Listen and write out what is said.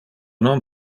non